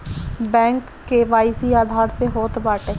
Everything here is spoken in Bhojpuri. बैंक के.वाई.सी आधार से होत बाटे